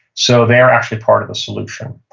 so they're actually part of the solution.